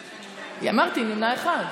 אמרתי נמנע אחד.